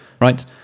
right